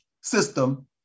system